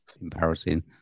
embarrassing